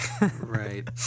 right